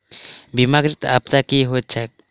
बीमाकृत आपदा की होइत छैक?